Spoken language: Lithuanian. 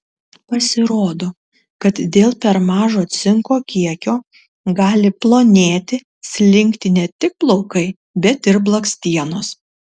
pasirodo kad dėl per mažo cinko kiekio gali plonėti slinkti ne tik plaukai bet ir blakstienos